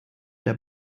der